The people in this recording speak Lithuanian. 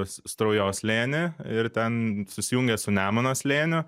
straujos slėny ir ten susijungia su nemuno slėniu